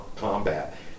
combat